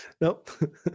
nope